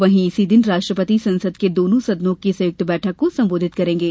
वहीं इसी दिन राष्ट्रपति संसद के दोनों सदनों की संयुक्त बैठक को संबोधित करेंगे